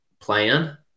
Plan